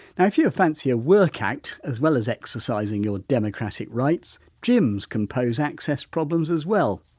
now if you fancy a workout as well as exercising your democratic rights gyms can pose access problems as well.